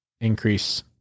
increase